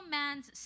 man's